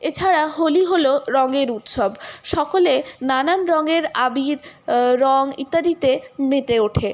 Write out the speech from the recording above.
এছাড়া হোলি হল রঙের উৎসব সকলে নানান রঙের আবির রং ইত্যাদিতে মেতে ওঠে